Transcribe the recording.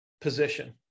position